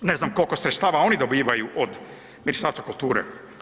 Ne znam koliko sredstva oni dobivaju od Ministarstva kulture.